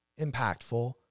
impactful